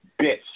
bitch